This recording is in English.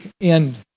end